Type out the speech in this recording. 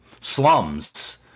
slums